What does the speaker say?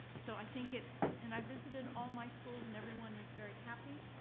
so i think it's, and i visited all my schools and everyone is very happy,